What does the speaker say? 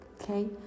Okay